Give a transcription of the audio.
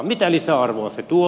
mitä lisäarvoa se tuo